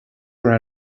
were